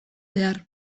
behar